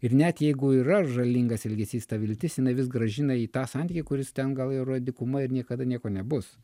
ir net jeigu yra žalingas elgesys ta viltis jinai vis grąžina į tą santykį kuris ten gal yra dykuma ir niekada nieko nebus